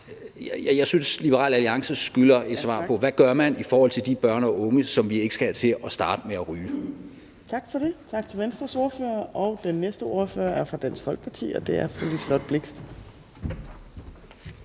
altså, at Liberal Alliance skylder et svar på, hvad man gør i forhold til de børn og unge, som vi ikke skal have til at starte med at ryge. Kl. 15:31 Fjerde næstformand (Trine Torp): Tak for det. Tak til Venstres ordfører. Den næste ordfører er fra Dansk Folkeparti, og det er fru Liselott Blixt.